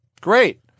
Great